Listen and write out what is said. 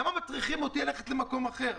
אז למה מטריחים אותי ללכת למקום אחר?